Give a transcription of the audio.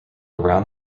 around